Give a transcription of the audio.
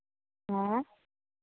आँय